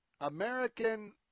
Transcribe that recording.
American